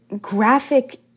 graphic